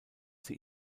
sie